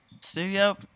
Studio